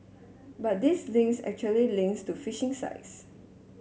but these links actually links to phishing sites